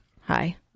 Hi